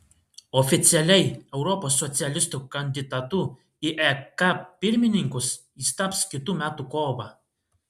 oficialiai europos socialistų kandidatu į ek pirmininkus jis taps kitų metų kovą